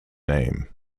name